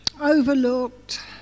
overlooked